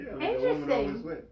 Interesting